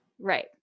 right